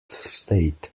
state